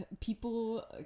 people